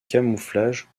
camouflage